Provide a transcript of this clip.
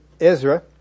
Ezra